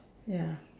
ya